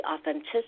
authenticity